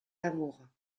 l’amour